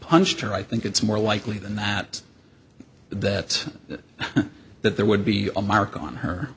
punched her i think it's more likely than that that that there would be a mark on her